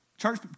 Church